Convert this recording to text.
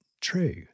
True